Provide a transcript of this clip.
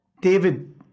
David